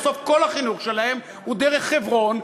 בסוף כל החינוך שלהם הוא דרך חברון,